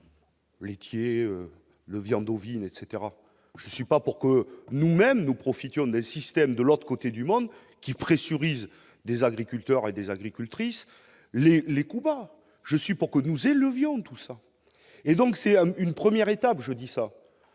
tickets le viande ovine, etc, je suis pas pour que nous-mêmes nous profitions des systèmes de l'autre côté du monde qui pressuriser des agriculteurs et des agricultrices Les les coups bas, je suis pour que nous, et le viande tout ça et donc c'est à une première étape, je dis ça,